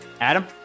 Adam